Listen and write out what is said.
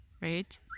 right